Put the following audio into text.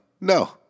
No